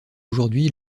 aujourd’hui